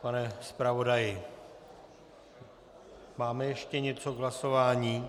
Pane zpravodaji, máme ještě něco k hlasování?